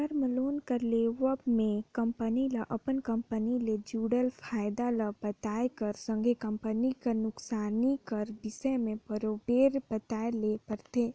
term loan कर लेवब में कंपनी ल अपन कंपनी ले जुड़ल फयदा ल बताए कर संघे कंपनी कर नोसकानी कर बिसे में बरोबेर बताए ले परथे